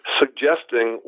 suggesting